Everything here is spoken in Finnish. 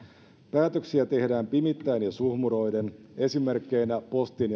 päätöksiä tehdään pimittäen ja suhmuroiden esimerkkeinä postin